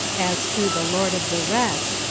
as to the lord of the rest,